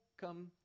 come